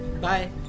Bye